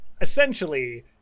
essentially